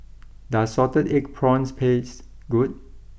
does Salted Egg Prawns taste good